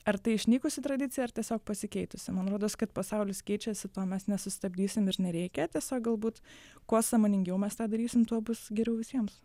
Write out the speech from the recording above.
ar tai išnykusi tradicija ar tiesiog pasikeitusi man rodos kad pasaulis keičiasi to mes nesustabdysim ir nereikia tiesiog galbūt kuo sąmoningiau mes tą darysim tuo bus geriau visiems